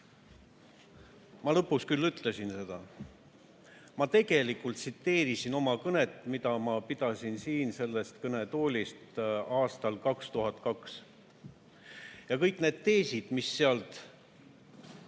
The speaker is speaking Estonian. Ma lõpuks küll ütlesin seda, ma tegelikult tsiteerisin oma kõnet, mille ma pidasin siin sellest kõnetoolist aastal 2002. Kõik need teesid, mis siin